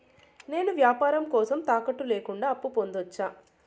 నేను వ్యాపారం కోసం తాకట్టు లేకుండా అప్పు పొందొచ్చా?